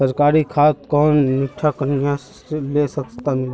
सरकारी खाद कौन ठिना कुनियाँ ले सस्ता मीलवे?